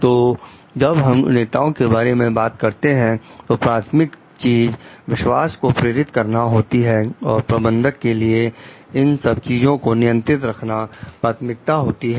तो जब हम नेताओं के बारे में बात करते हैं तो प्राथमिक चीज विश्वास को प्रेरित करना होती है और प्रबंधक के लिए इन सब चीजों को नियंत्रित रखना प्राथमिकता होती है